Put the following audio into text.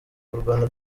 kurwana